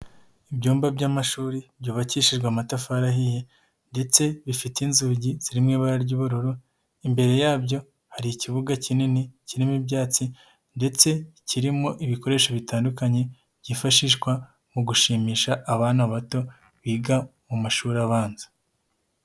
iIbyumba by'amashuri byubakishijwe amatafari ahiye, ndetse bifite inzugi rimwe iba ry'ubururu, imbere yabyo hari ikibuga kinini kirimo ibyatsi, ndetse kirimo ibikoresho bitandukanye byifashishwa mu gushimisha abana bato biga mu mashuri abanza.